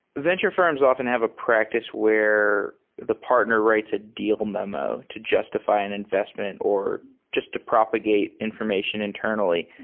venture firms often have a practice where the partner writes a deal memo to justify an investment, or just to propagate information internally.